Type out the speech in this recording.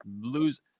lose